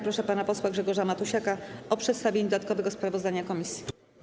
Proszę pana posła Grzegorza Matusiaka o przedstawienie dodatkowego sprawozdania komisji.